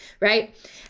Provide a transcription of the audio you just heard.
right